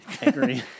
agree